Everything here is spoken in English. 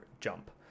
jump